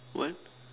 what